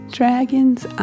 dragon's